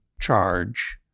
charge